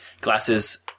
glasses